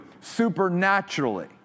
supernaturally